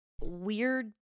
weird